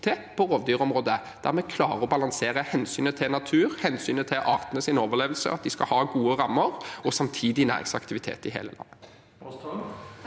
på rovdyrområdet, der vi klarer å balansere hensynet til natur, hensynet til artenes overlevelse, at de skal ha gode rammer, og at vi samtidig skal ha næringsaktivitet i hele landet.